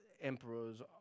emperors